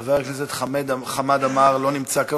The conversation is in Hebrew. חבר הכנסת חמד עמאר לא נמצא כאן,